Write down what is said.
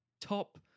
top